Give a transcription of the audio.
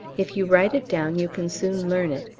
if you write it down you can soon learn it,